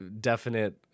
definite